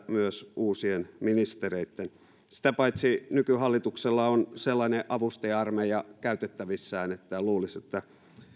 myös uusien ministereitten pitää tämä sisäistää sitä paitsi nykyhallituksella on sellainen avustaja armeija käytettävissään että luulisi että